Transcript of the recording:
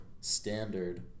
standard